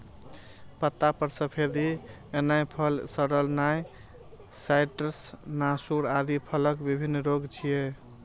पत्ता पर सफेदी एनाय, फल सड़नाय, साइट्र्स नासूर आदि फलक विभिन्न रोग छियै